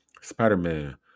Spider-Man